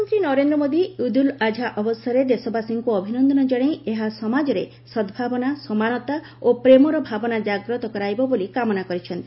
ପ୍ରଧାନମନ୍ତ୍ରୀ ନରେନ୍ଦ୍ର ମୋଦି ଇଦ୍ ଉଲ୍ ଆଝା ଅବସରରେ ଦେଶବାସୀଙ୍କୁ ଅଭିନନ୍ଦନ ଜଣାଇ ଏହା ସମାଜରେ ସଦ୍ଭାବନା ସମାନତା ଓ ପ୍ରେମର ଭାବନା କାଗ୍ରତ କରାଇବ ବୋଲି କାମନା କରିଛନ୍ତି